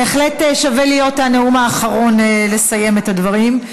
בהחלט שווה להיות הנאום האחרון, לסיים את הדברים.